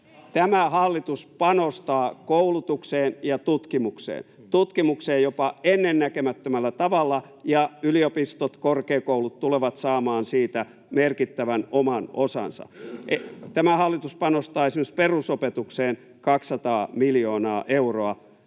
Tämä hallitus panostaa koulutukseen ja tutkimukseen — tutkimukseen jopa ennennäkemättömällä tavalla — ja yliopistot, korkeakoulut tulevat saamaan siitä merkittävän oman osansa. Tämä hallitus panostaa esimerkiksi perusopetukseen 200 miljoonaa euroa,